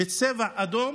בצבע אדום,